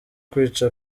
kwica